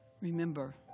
Remember